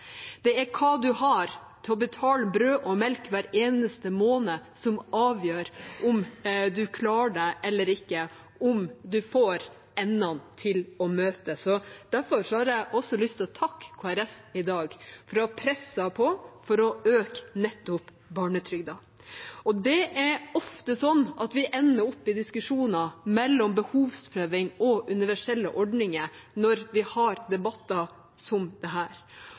Det er hva man har til å betale for brød og melk hver eneste måned, som avgjør om man klarer seg eller ikke, om man får endene til å møtes. Derfor har jeg også lyst til å takke Kristelig Folkeparti i dag for å ha presset på for å øke nettopp barnetrygden. Det er ofte sånn at vi ender opp i diskusjoner om behovsprøving eller universelle ordninger når vi har debatter som dette. Derfor er det